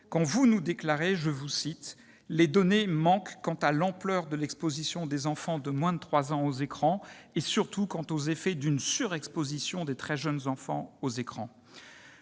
quand vous nous dites que « les données manquent quant à l'ampleur de l'exposition des enfants de moins de trois ans aux écrans, et surtout quant aux effets d'une surexposition des très jeunes enfants aux écrans ».